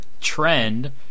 Trend